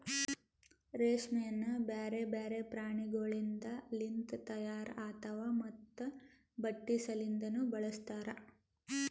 ರೇಷ್ಮೆಯನ್ನು ಬ್ಯಾರೆ ಬ್ಯಾರೆ ಪ್ರಾಣಿಗೊಳಿಂದ್ ಲಿಂತ ತೈಯಾರ್ ಆತಾವ್ ಮತ್ತ ಬಟ್ಟಿ ಸಲಿಂದನು ಬಳಸ್ತಾರ್